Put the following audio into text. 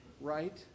right